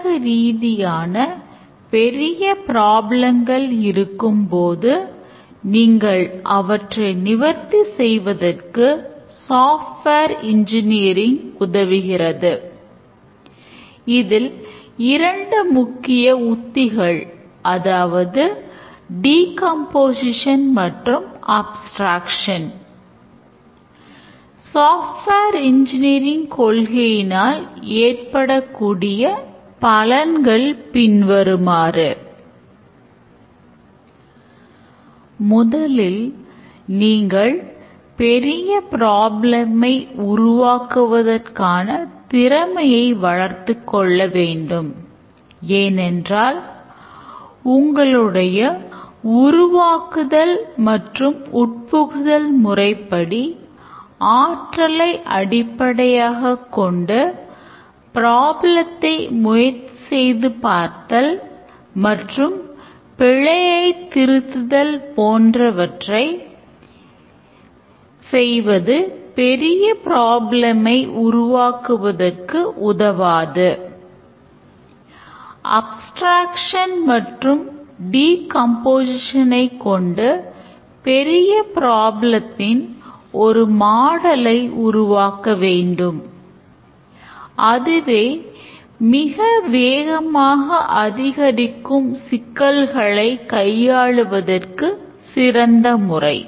வர்த்தகரீதியான பெரிய ப்ராப்ளங்கள் கொள்கையினால் ஏற்படக்கூடிய பலன்கள் பின்வருமாறு முதலில் நீங்கள் பெரிய ப்ரோக்ராமை உருவாக்க வேண்டும் அதுவே மிக வேகமாக அதிகரிக்கும் சிக்கல்களை கையாளுவதற்கு சிறந்த முறை